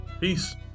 Peace